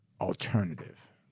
alternative